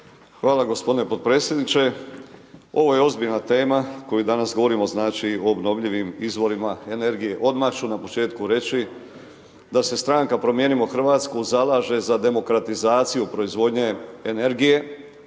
Hvala gospodine potpredsjedniče. Ovo je ozbiljna tema koju danas govorimo znači o obnovljivim izvorima energije. Odmah ću na početku reći da se stranka Promijenimo Hrvatsku zalaže za demokratizaciju proizvodnje energije,